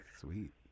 Sweet